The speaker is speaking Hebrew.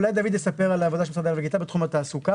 אולי דוד יספר על העבודה של משרד העלייה והקליטה בתחום התעסוקה.